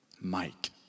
Mike